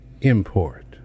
Import